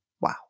Wow